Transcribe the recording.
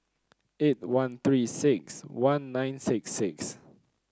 eight one Three six one nine six six